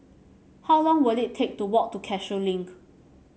how long will it take to walk to Cashew Link